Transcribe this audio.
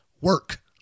work